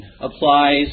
applies